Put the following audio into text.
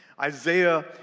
Isaiah